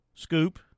Scoop